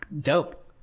Dope